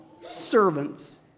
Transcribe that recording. servants